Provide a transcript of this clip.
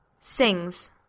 Sings